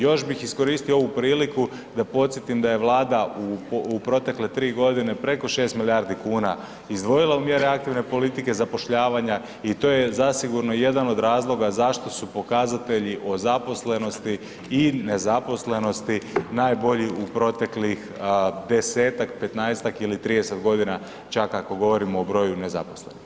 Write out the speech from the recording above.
Još bih iskoristio ovu priliku da podsjetim da je Vlada u protekle 3 godine preko 6 milijardi kuna izdvojila u mjere aktivne politike zapošljavanja i to je zasigurno jedan od razloga zašto su pokazatelji o zaposlenosti i nezaposlenosti najbolji u proteklih 10-tak, 15-tak ili 30 godina čak, ako govorimo o broju nezaposlenih.